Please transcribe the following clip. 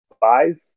buys